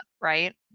right